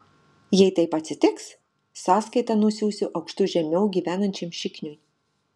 jei taip atsitiks sąskaitą nusiųsiu aukštu žemiau gyvenančiam šikniui